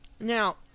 Now